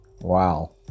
Wow